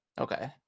Okay